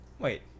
wait